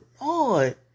Lord